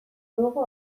dugu